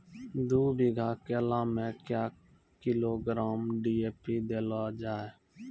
दू बीघा केला मैं क्या किलोग्राम डी.ए.पी देले जाय?